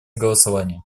голосования